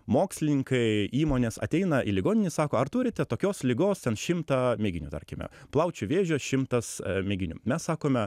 mokslininkai įmonės ateina į ligoninę sako ar turite tokios ligos ten šimtą mėginių tarkime plaučių vėžio šimtas mėginių mes sakome